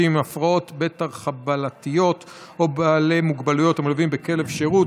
אנשים עם הפרעות בתר-חבלתיות או בעלי מוגבלות המלווים בכלב שירות),